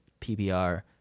PBR